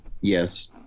Yes